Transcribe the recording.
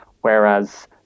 whereas